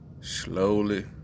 slowly